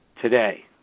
today